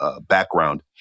background